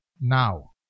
now